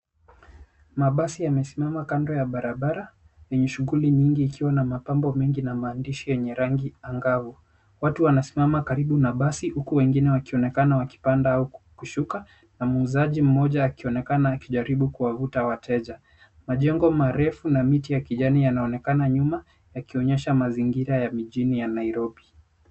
Mabasi yamesimama kando ya barabara yenye shughuli nyingi ikiwa na mapambo mengi na maandishi yenye rangi angavu. Watu wanasimama karibu na basi huku wengine wakionekana wakipanda au kushuka na muuzaji mmoja akionekana akijaribu kuwavuta wateja. Majengo marefu na miti ya kijani yanaonekana nyuma yakionyesha mazingira ya mijini ya Nairobi.